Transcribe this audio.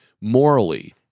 morally